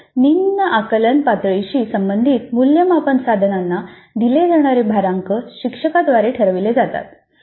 तर निम्न आकलन पातळीशी संबंधित मूल्यमापन साधनांना दिले जाणारे भारांक शिक्षका द्वारे ठरविले जातात